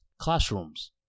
classrooms